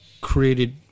created